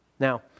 Now